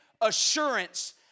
assurance